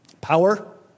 power